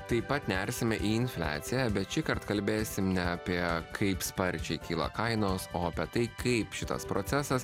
taip pat nersime į infliaciją bet šįkart kalbėsime ne apie kaip sparčiai kyla kainos o apie tai kaip šitas procesas